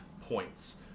points